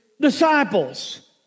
disciples